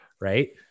Right